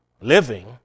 living